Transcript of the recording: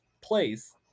place